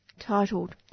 titled